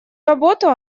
работу